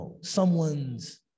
someone's